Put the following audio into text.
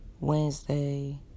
Wednesday